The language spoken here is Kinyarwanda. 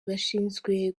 bashinzwe